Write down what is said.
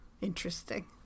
Interesting